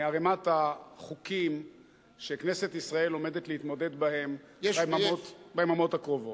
מערימת החוקים שכנסת ישראל עומדת להתמודד אתם ביממות הקרובות.